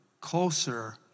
closer